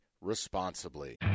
responsibly